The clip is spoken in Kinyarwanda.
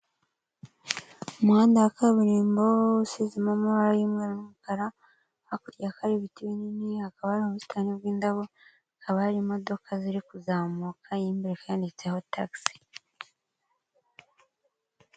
Umuhanda wa kaburimbo usizemo amabara y'umweru n'umukara, hakurya hakaba hari ibiti binini, hakaba hari ubusitani bw'indabo, hakaba hari imodoka ziri kuzamuka, iy'imbere ikaba yanditseho tagisi.